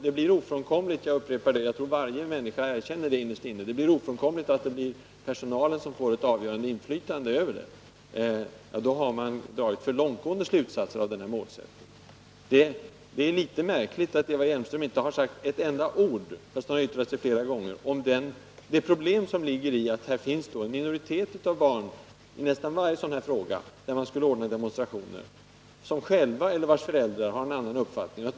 Det är ofrånkomligt — jag upprepar det, och jag tror att varje människa innerst inne erkänner det — att det blir personalen som här får ett avgörande inflytande. Och då har man dragit för långtgående slutsatser av den allmänna målsättningen. Det är litet märkligt att Eva Hjelmström, trots att hon har yttrat sig flera gånger, inte har sagt ett enda ord om det problem som ligger i att det, i nästan varje fråga där man skulle kunna anordna demonstrationer, finns en minoritet av barn som själva eller vars föräldrar har en annan uppfattning.